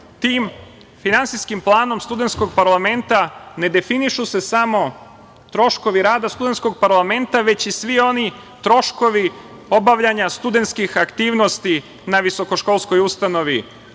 Tim finansijskim planom studentskog parlamenta ne definišu se samo troškovi rada studentskog parlamenta, već i svi oni troškovi obavljanja studentskih aktivnosti na visokoškolskoj ustanovi,